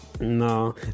No